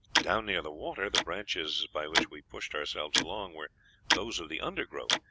down near the water the branches by which we pushed ourselves along were those of the undergrowth,